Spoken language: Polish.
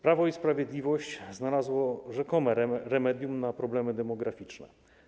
Prawo i Sprawiedliwość znalazło rzekome remedium na problemy demograficzne.